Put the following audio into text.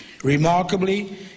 Remarkably